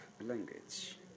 language